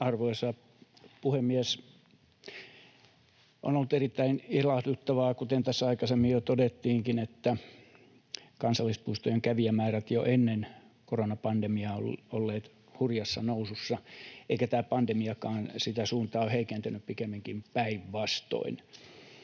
Arvoisa puhemies! On ollut erittäin ilahduttavaa, kuten tässä aikaisemmin jo todettiinkin, että kansallispuistojen kävijämäärät jo ennen koronapandemiaa ovat olleet hurjassa nousussa, eikä tämä pandemiakaan sitä suuntaa ole heikentänyt — pikemminkin päinvastoin.